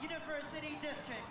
university district